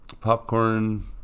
Popcorn